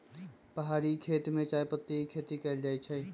पहारि खेती में चायपत्ती के खेती कएल जाइ छै